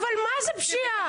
אבל מה זה פשיעה?